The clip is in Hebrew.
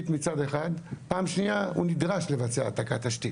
מצד אחד ופעם שניה הוא נדרש לבצע העתקת תשתית.